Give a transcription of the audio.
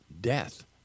death